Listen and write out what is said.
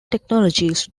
technologies